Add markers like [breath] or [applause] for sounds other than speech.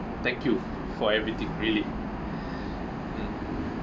thank you for everything really [breath] um